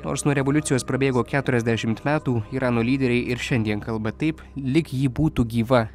nors nuo revoliucijos prabėgo keturiasdešimt metų irano lyderiai ir šiandien kalba taip lyg ji būtų gyva